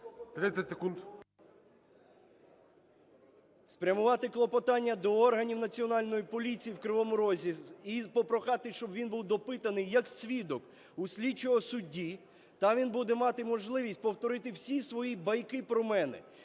...спрямувати клопотання до органів Національної поліції в Кривому Розі і попрохати, щоб він був допитаний як свідок у слідчого судді. Там він буде мати можливість повторити всі свої байки про мене,